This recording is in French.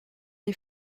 les